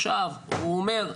עכשיו הוא אומר,